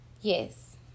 Yes